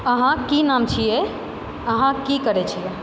अहाँके कि नाम छियै अहाँ कि करै छियै